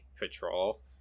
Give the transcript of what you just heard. Patrol